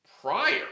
prior